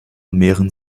mehren